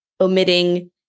omitting